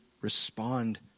respond